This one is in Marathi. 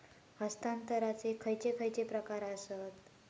हस्तांतराचे खयचे खयचे प्रकार आसत?